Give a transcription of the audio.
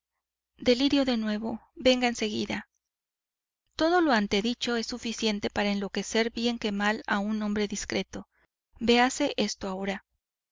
delirio de nuevo venga en seguida todo lo antedicho es suficiente para enloquecer bien que mal a un hombre discreto véase esto ahora